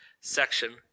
section